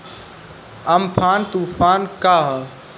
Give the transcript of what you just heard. Amphan तुफान का ह?